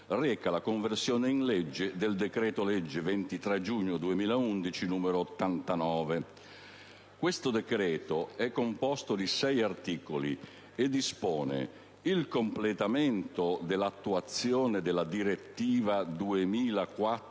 reca la conversione in legge del decreto-legge 23 giugno 2011, n. 89. Questo decreto, composto di sei articoli, dispone il completamento dell'attuazione della direttiva